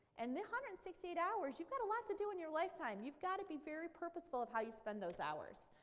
and one hundred and sixty eight hours you've got a lot to do in your lifetime. you've got to be very purposeful of how you spend those hours.